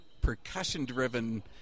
percussion-driven